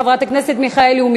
חברת הכנסת מיכאלי.